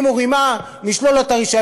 ואם הוא רימה, נשלול לו את הרישיון.